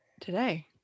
today